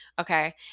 Okay